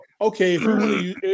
okay